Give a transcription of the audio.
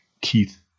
Keith